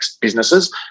businesses